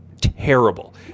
terrible